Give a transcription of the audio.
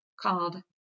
called